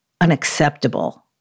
unacceptable